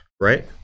right